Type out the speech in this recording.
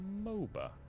MOBA